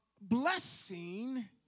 blessing